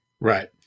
Right